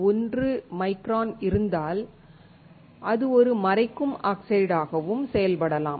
1 micron இருந்தால் அது ஒரு மறைக்கும் ஆக்சைடாகவும் செயல்படலாம்